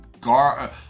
gar